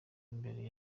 imbere